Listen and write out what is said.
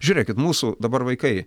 žiūrėkit mūsų dabar vaikai